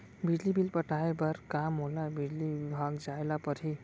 बिजली बिल पटाय बर का मोला बिजली विभाग जाय ल परही?